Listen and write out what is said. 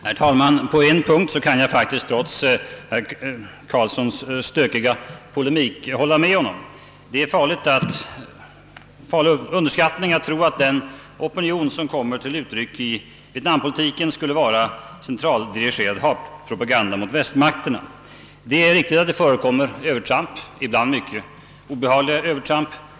Herr talman! På en punkt kan jag faktiskt, trots herr Carlssons stökiga polemik, hålla med honom. Det är en farlig underskattning att tro att den opinion som kommer till uttryck i fråga om vietnampolitiken skulle vara centraldirigerad hatpropaganda mot västmakterna. Det är riktigt att det förekommer övertramp — ibland mycket obehagliga sådana.